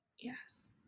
Yes